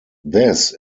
this